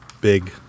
big